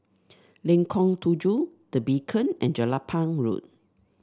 Lengkong Tujuh The Beacon and Jelapang Road